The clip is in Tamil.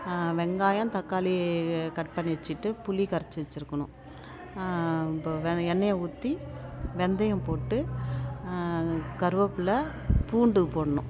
வெங்காயம் தக்காளி கட் பண்ணி வச்சுட்டு புளி கரைச்சி வச்சுருக்கணும் இப்போ வேறு எண்ணெயை ஊற்றி வெந்தயம் போட்டு கருவேப்பிலை பூண்டு போடணும்